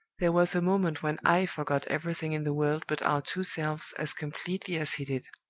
there was a moment when i forgot everything in the world but our two selves as completely as he did.